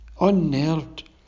Unnerved